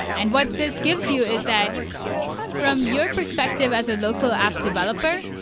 and what this gives you is that from your perspective as a local app developer,